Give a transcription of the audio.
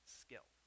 skill